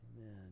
Amen